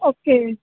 okay